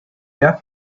wer